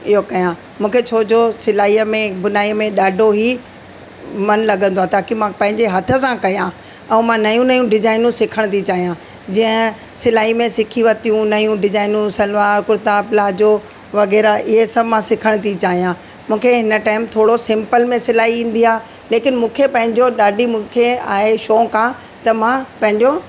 इहो कयां मूंखे छोजो सिलाईअ में बुनाईअ में ॾाढो ई मनु लॻंदो आहे ताकी मां पंहिंजे हथ सां कयां ऐं मां नयूं नयूं डिज़ाइनूं सिखण थी चाहियां जीअं सिलाई में सिखी वरितियूं नयूं डिज़ाइनूं सलवार कुर्ता प्लाजो वग़ैरह इहे सभु मां सिखण थी चाहियां मूंखे हिन टाइम थोरो सिम्पल में सिलाई ईंदी आहे लेकिन मूंखे पंहिंजो ॾाढी मूंखे आहे शौक़ु आहे त मां पंहिंजो